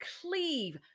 cleave